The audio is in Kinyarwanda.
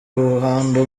ruhando